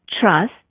trust